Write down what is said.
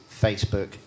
Facebook